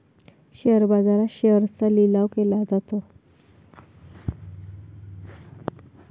share बाजारात शेअर्सचा लिलाव केला जातो